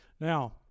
now